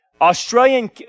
Australian